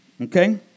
Okay